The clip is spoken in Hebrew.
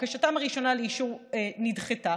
בקשתם הראשונה לאישור נדחתה,